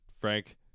Frank